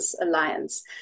Alliance